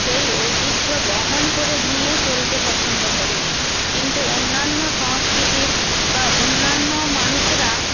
সেই ঐতিহ্য বহন করে নিয়ে চলতে পছন্দ করে কিন্তু অন্যান্য সংস্কৃতির বা অন্যান্য মানুষরা